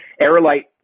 Aerolite